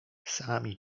sami